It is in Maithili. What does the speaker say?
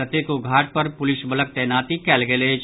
कतेको घाट पर पुलिस वलक तैनाती कयल गेल अछि